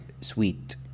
sweet